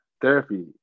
therapy